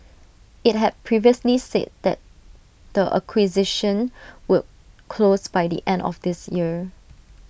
IT had previously said that the acquisition would close by the end of this year